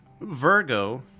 Virgo